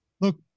look